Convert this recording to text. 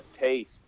taste